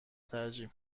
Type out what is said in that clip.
ترجیح